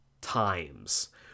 times